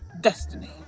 destiny